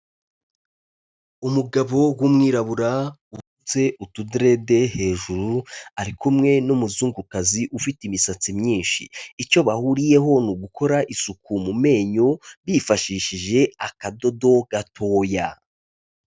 Umugabo w'umwirabura, usutse utudirede hejuru, ari kumwe n'umuzungukazi ufite imisatsi myinshi. Icyo bahuriyeho ni ugukora isuku mu menyo, bifashishije akadodo gatoya.